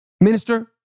Minister